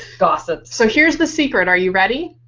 and so so here's the secret. are you ready?